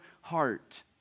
heart